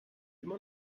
immer